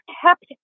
kept